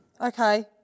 Okay